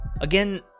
Again